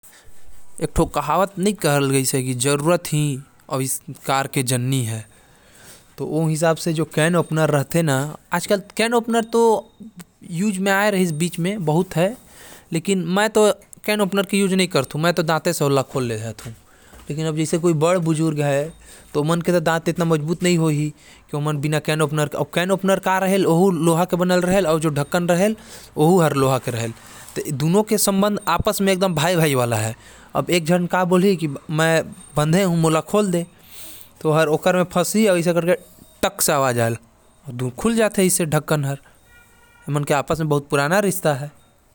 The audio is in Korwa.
Can opener हर बोतल के ढक्कन के उपर जाके फंस जाथे अउ ओके एक बार अपन तरफ खिंचे से ओ हर ढक्कन ल खोल देथे।